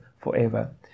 forever